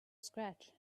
scratch